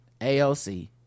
aoc